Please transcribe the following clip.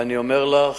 ואני אומר לך,